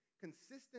consistent